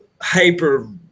hyper